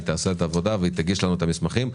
היא תעשה את העבודה והיא תגיש לנו את המסמכים.